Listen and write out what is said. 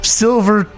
silver